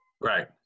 Right